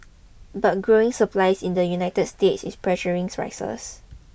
but growing supplies in the United States is pressuring prices